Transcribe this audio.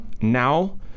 now